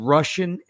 Russian